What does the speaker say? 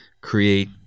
create